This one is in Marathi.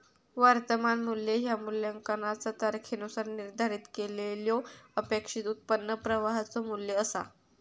वर्तमान मू्ल्य ह्या मूल्यांकनाचा तारखेनुसार निर्धारित केलेल्यो अपेक्षित उत्पन्न प्रवाहाचो मू्ल्य असा